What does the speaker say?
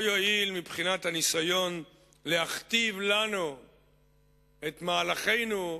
לא יועיל מבחינת הניסיון להכתיב לנו את מהלכינו,